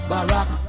Barack